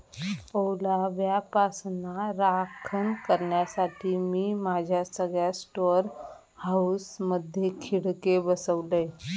ओलाव्यापासना राखण करण्यासाठी, मी माझ्या सगळ्या स्टोअर हाऊसमधे खिडके बसवलय